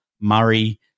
Murray